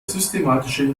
systematische